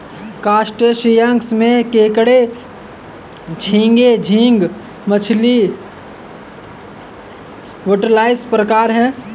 crustaceans में केकड़े झींगे, झींगा मछली, वुडलाइस प्रकार है